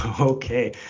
Okay